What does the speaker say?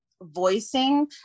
voicing